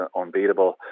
unbeatable